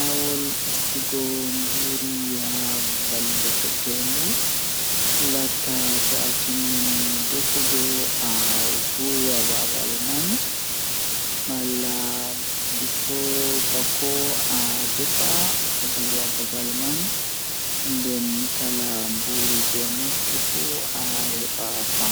Eh to miɗon fotta be sobiraaɓe am ɓurnaa pat Miɗo waɗi yiɗi jooɗi e hoore kadi mi waɗi nder ko waɗi fi, sabu mi yiɗi jokkondirɗe kadi njogii no waawugol. Miɗo yiɗi wonde e hoore miɗo waɗi saama